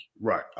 right